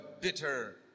bitter